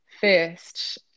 first